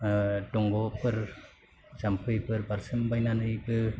दंग'फोर जाम्फैफोर बारसोमबायनानैबो